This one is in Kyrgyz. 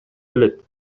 билет